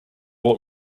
what